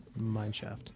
mineshaft